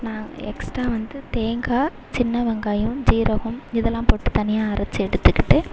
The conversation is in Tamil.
நான் எக்ஸ்ட்டா வந்து தேங்காய் சின்ன வெங்காயம் சீரகம் இதல்லாம் போட்டு தனியாக அரைச்சு எடுத்துக்கிட்டு